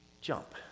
Jump